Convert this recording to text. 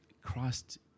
Christ